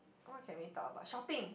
what can we talk about shopping